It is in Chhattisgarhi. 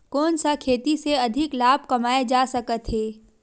कोन सा खेती से अधिक लाभ कमाय जा सकत हे?